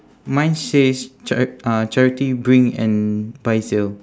mine says ch~ uh charity bring and buy sale